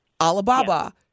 Alibaba